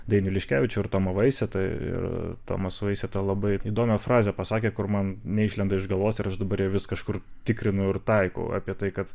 dainių liškevičių ir tomą vaisetą ir tomas vaiseta labai įdomią frazę pasakė kur man neišlenda iš galvos ir aš dabar ją vis kažkur tikrinu ir taikau apie tai kad